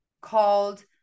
called